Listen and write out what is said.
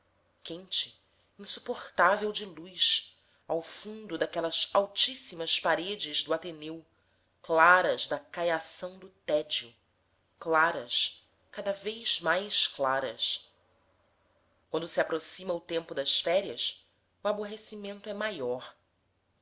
quente insuportável de luz ao fundo daquelas altíssimas paredes do ateneu claras da caiação do tédio claras cada vez mais claras quando se aproxima o tempo das férias o aborrecimento é maior